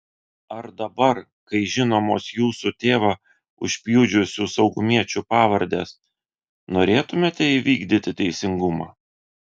ar dabar kai žinomos jūsų tėvą užpjudžiusių saugumiečių pavardės norėtumėte įvykdyti teisingumą